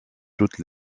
toutes